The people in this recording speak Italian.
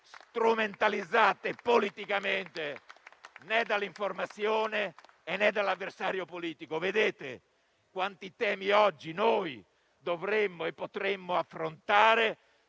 strumentalizzate politicamente né dall'informazione, né dall'avversario politico. Vedete quanti temi oggi dovremmo e potremmo affrontare